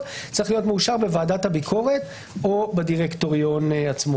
צריך להיות מאושר בוועדת הביקורת או בדירקטוריון עצמו.